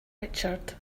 richard